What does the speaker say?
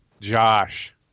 Josh